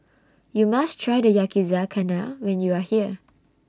YOU must Try The Yakizakana when YOU Are here